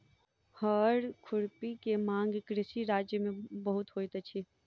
हअर खुरपी के मांग कृषि राज्य में बहुत होइत अछि